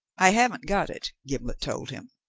i haven't got it, gimblet told him.